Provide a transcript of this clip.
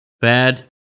Bad